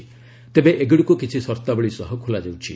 ଡେବେ ଏଗୁଡ଼ିକୁ କିଛି ସର୍ଭାବଳୀ ସହ ଖୋଲାଯାଇଛି